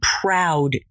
proud